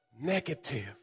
negative